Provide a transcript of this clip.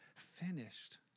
finished